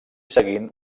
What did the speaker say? seguint